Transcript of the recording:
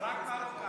היום רק מרוקאים.